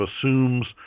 assumes